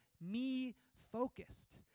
me-focused